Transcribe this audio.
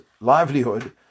livelihood